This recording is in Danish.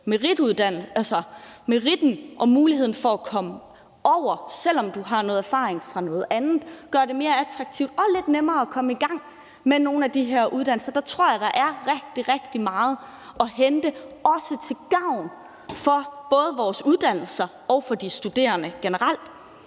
meritten og muligheden for at komme over, selv om du har noget erfaring fra noget andet, og at gøre det mere attraktivt og lidt nemmere at komme i gang med nogle af de her uddannelser, og der tror jeg også, der er rigtig, rigtig meget at hente, som både er til gavn for vores uddannelser og for de studerende generelt.